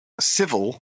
civil